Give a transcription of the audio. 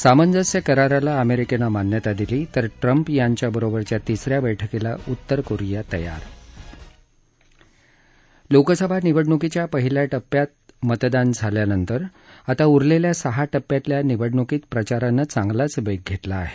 सामंजस्य कराराला अमेरिकेनं मान्यता दिली तर ट्रम्प यांच्याबरोबरच्या तिस या बैठकीला उत्तर कोरिया तयार लोकसभा निवडणुकीच्या पहिल्या टप्प्यात मतदान झाल्यानंतर आता उरलेल्या सहा टप्प्यातल्या निवडणुकीत प्रचारानं चांगलाच वेग घेतला आहे